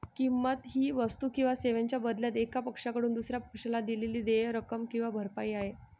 किंमत ही वस्तू किंवा सेवांच्या बदल्यात एका पक्षाकडून दुसर्या पक्षाला दिलेली देय रक्कम किंवा भरपाई आहे